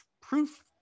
proof